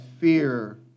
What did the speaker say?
fear